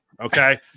okay